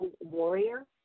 warrior